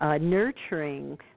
nurturing